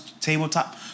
tabletop